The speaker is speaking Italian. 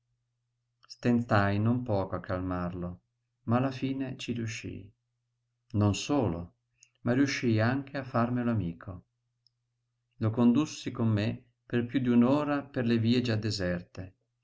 stentai non poco a calmarlo ma alla fine ci riuscii non solo ma riuscii anche a farmelo amico lo condussi con me per piú d'un'ora per le vie già deserte